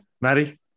Maddie